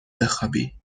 بخوابی